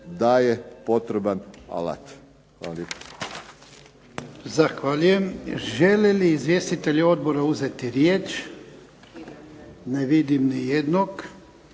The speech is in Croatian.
daje potreban alat. Hvala